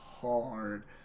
hard